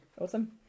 awesome